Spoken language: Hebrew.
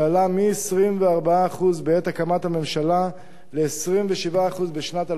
שעלה מ-24% בעת הקמת הממשלה ל-27% בשנת 2011,